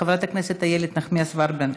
חברת הכנסת איילת נחמיאס ורבין,